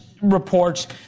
reports